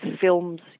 films